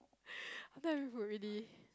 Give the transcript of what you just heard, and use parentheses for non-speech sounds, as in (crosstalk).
(breath) already